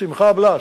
שמחה בלאס,